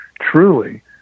truly